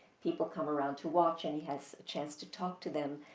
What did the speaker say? people come around to watch, and he has a chance to talk to them,